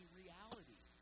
reality